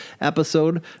episode